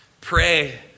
pray